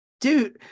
dude